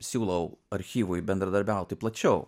siūlau archyvui bendradarbiauti plačiau